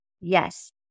Yes